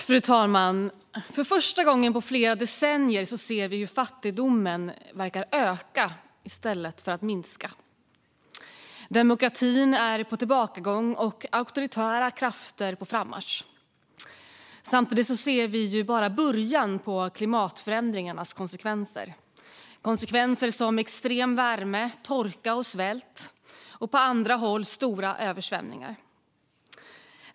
Fru talman! För första gången på flera decennier ser vi hur fattigdomen verkar öka i stället för att minska. Demokratin är på tillbakagång och auktoritära krafter på frammarsch. Samtidigt ser vi bara början på klimatförändringarnas konsekvenser, såsom extrem värme, torka, svält och på andra håll stora översvämningar.